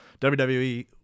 WWE